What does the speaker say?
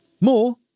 More